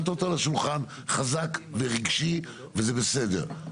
שמת אותו על השולחן בצורה חזקה ורגשית, וזה בסדר.